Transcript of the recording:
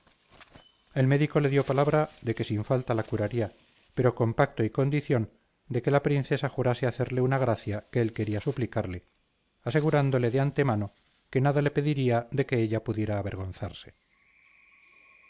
el médico le dio palabra de que sin falta la curaría pero con pacto y condición de que la princesa jurase hacerle una gracia que él quería suplicarle asegurándole de antemano que nada le pediría de que ella pudiera avergonzarse